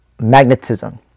magnetism